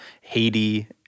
Haiti